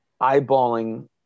eyeballing